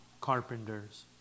carpenters